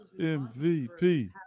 MVP